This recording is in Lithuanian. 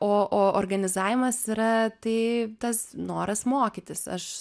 o o organizavimas yra tai tas noras mokytis aš